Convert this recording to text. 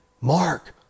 Mark